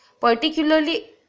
particularly